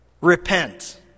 repent